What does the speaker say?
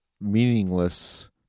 meaningless